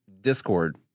Discord